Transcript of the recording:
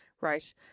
Right